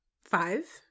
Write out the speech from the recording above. Five